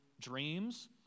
dreams